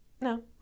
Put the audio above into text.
No